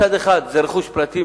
מצד אחד זה רכוש פרטי,